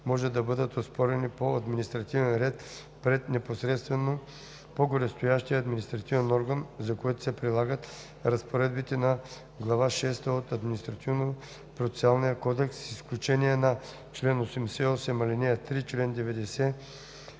може да бъдат оспорени по административен ред пред непосредствено по горестоящия административен орган, за което се прилагат разпоредбите на глава шеста от Административнопроцесуалния кодекс, с изключение на чл. 88, ал. 3, чл. 90, ал.